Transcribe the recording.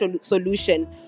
solution